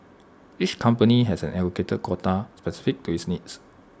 each company has an allocated quota specific to its needs